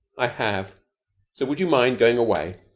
i have. so would you mind going away,